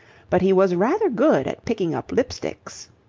but he was rather good at picking up lip-sticks.